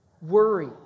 Worry